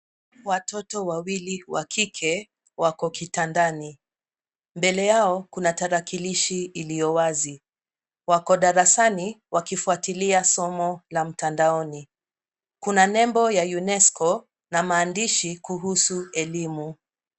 Watoto wawili wa kike wako kitandani. Mbele yao kuna tarakilishi iliyoo wazi. Wako darasani wakifuatilia somo la mtandaoni. Kuna nebo ya Unesco na maandishi kuhusu elimu.